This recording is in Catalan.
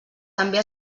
també